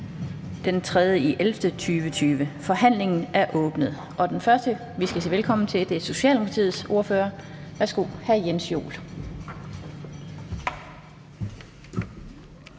(Annette Lind): Forhandlingen er åbnet, og den første, vi skal sige velkommen til, er Socialdemokratiets ordfører. Værsgo, hr. Jens Joel.